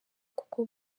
kuko